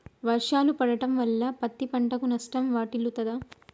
వర్షాలు పడటం వల్ల పత్తి పంటకు నష్టం వాటిల్లుతదా?